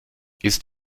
ist